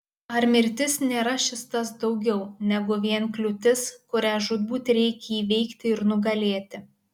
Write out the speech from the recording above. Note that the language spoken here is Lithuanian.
ar mirtis nėra šis tas daugiau negu vien kliūtis kurią žūtbūt reikia įveikti ir nugalėti